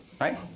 right